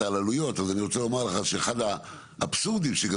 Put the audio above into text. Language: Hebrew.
אז אני רוצה לומר לך שאחד האבסורדים שגם